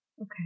okay